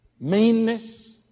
meanness